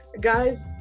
Guys